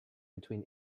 between